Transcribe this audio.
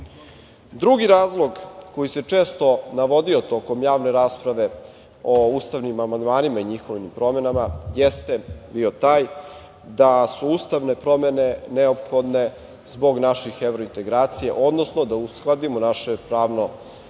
cara. Drugi razlog koji se često navodio tokom javne rasprave o ustavnim amandmanima i njihovim promenama jeste bio taj da su ustavne promene neophodne zbog naših evrointegracija, odnosno da uskladimo naš pravni okvir,